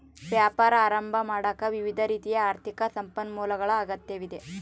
ವ್ಯಾಪಾರ ಆರಂಭ ಮಾಡಾಕ ವಿವಿಧ ರೀತಿಯ ಆರ್ಥಿಕ ಸಂಪನ್ಮೂಲಗಳ ಅಗತ್ಯವಿದೆ